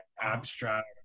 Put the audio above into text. abstract